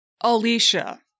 Alicia